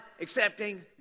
accepting